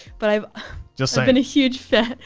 but i've just been a huge fan.